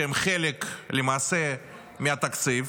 שהם למעשה חלק מהתקציב,